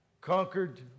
conquered